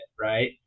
right